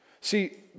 See